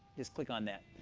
just click on that.